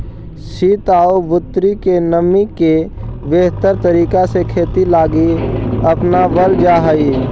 सित आउ बुन्नी के नमी के बेहतर तरीका से खेती लागी अपनाबल जा हई